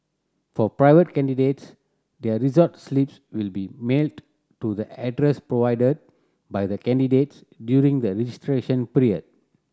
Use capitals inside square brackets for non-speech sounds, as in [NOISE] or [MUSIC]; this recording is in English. for private candidates their result slips will be mailed to the address provided by the candidates during the registration [UNINTELLIGIBLE]